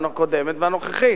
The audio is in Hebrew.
הקודמת והנוכחי.